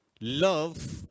love